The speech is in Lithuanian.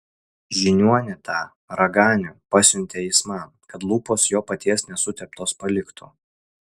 žiniuonį tą raganių pasiuntė jis man kad lūpos jo paties nesuteptos paliktų